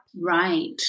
right